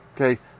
Okay